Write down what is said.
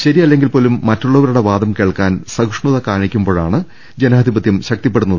ശരിയല്ലെങ്കിൽപോലും മറ്റുള്ളവരുടെ വാദം കേൾക്കാൻ സഹിഷ്ണുത കാണിക്കുമ്പോഴാണ് ജനാധിപത്യം ശക്തിപ്പെടുന്നത്